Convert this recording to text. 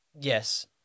Yes